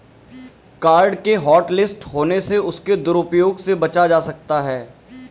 card के hotlist होने से उसके दुरूप्रयोग से बचा जा सकता है